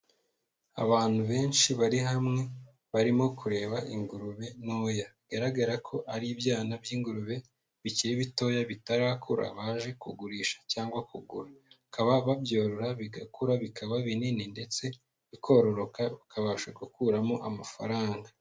Abantu benshi bari hamwe, barimo kureba ingurube ntoya, bigaragara ko ari ibyana by'ingurube bikiri bitoya bitarakura, baje kugurisha cyangwa kugura, bakaba babyorora bigakura bikaba binini ndetse bikororoka bikabasha gukuramo amafaranga.